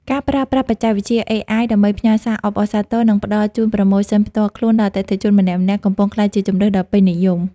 ការប្រើប្រាស់បច្ចេកវិទ្យា AI ដើម្បីផ្ញើសារអបអរសាទរ និងផ្តល់ជូនប្រូម៉ូសិនផ្ទាល់ខ្លួនដល់អតិថិជនម្នាក់ៗ កំពុងក្លាយជាជម្រើសដ៏ពេញនិយម។